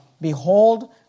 Behold